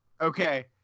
Okay